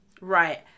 Right